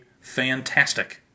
fantastic